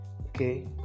okay